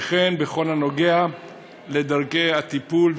וכן בכל הנוגע לדרכי הטיפול,